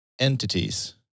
entities